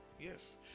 Yes